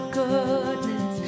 goodness